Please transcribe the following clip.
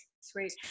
sweet